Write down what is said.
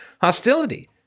hostility